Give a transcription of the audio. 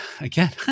again